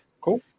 Cool